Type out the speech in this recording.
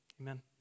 Amen